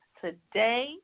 today